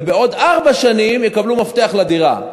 ובעוד ארבע שנים יקבלו מפתח לדירה.